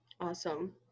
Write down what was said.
Awesome